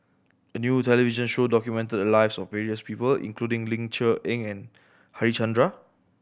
a new television show documented the lives of various people including Ling Cher Eng and Harichandra